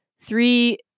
three